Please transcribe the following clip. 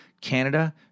Canada